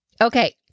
Okay